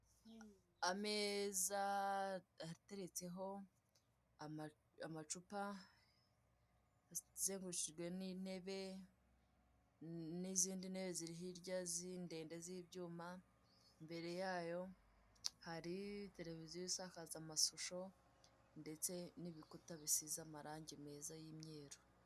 Ameza ateretseho amacupa azengurukijwe n'intebe n'izindi ntebe ziri hirya ndende z'ibyuma, imbere yayo hari televiziyo isakaza amasusho ndetse n'ibikuta bisize marangi meza y'imyeru.